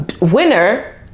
winner